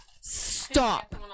Stop